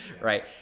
right